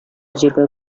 җиргә